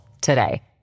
today